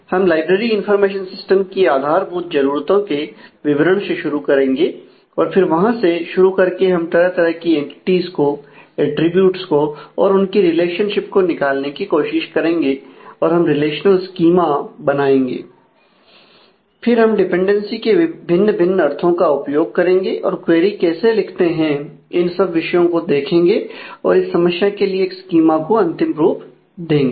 हम library information system की आधारभूत जरूरतों के विवरण से शुरु करेंगे और फिर वहां से शुरू करके हम तरह तरह की एंटिटीज के भिन्न भिन्न अर्थों का उपयोग करेंगे और क्वेरी कैसे लिखते हैं इन सब विषयों को देखेंगे और इस समस्या के लिए एक स्कीमा को अंतिम रूप देंगे